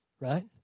right